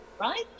right